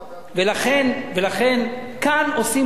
כאן עושים רע.